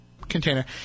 container